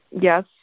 Yes